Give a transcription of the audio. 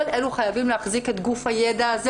כל אלו חייבים להחזיק את גוף הידע הזה